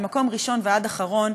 ממקום ראשון ועד אחרון,